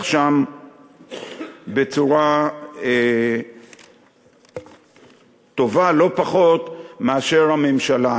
שם בצורה טובה לא פחות מאשר הממשלה.